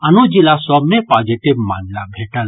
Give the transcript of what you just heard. आनो जिला सभ मे पॉजिटिव मामिला भेटल